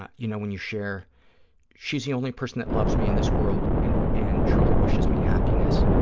ah you know when you share she's the only person that loves me in this world and and truly wishes me happiness,